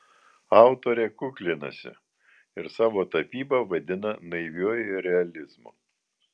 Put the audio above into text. autorė kuklinasi ir savo tapybą vadina naiviuoju realizmu